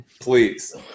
Please